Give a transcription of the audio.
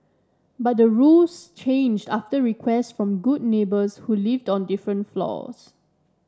but the rules changed after requests from good neighbours who lived on different floors